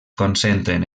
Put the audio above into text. concentren